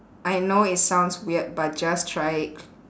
I know it sounds weird but just try it